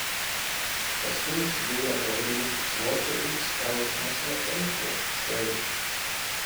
paskui apsidairė pavargęs atsilošė ir išsitraukęs nosinę ėmė šluostytis veidą